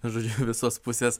žodžiu visos pusės